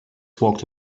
walked